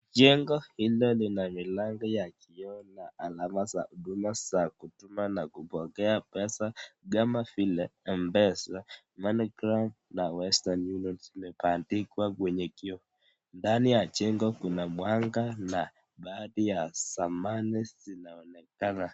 Jengo hili lina milango ya kioo na alama za huduma za kutuma na kupokea pesa. Kama vile Embezzah , MoneyGram na Western Union zimepandikwa kwenye kioo. Ndani ya jengo kuna mwanga na baadhi ya samani zinaonekana.